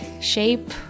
shape